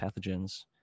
pathogens